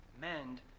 Mend